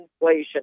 inflation